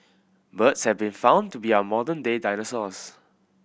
birds have been found to be our modern day dinosaurs